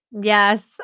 Yes